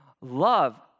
Love